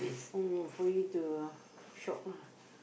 oh for you to uh shop lah